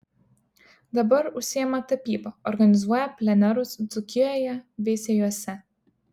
dabar užsiima tapyba organizuoja plenerus dzūkijoje veisiejuose